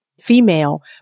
female